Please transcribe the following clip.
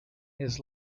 his